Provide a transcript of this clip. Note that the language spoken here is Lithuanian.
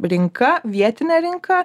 rinka vietine rinka